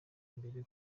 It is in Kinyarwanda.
imbere